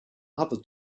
other